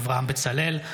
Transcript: אברהם בצלאל,